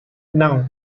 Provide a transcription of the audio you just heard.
nou